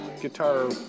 guitar